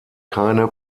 keine